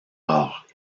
rares